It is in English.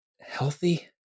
healthy